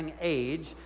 age